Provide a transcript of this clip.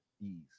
ease